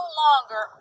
longer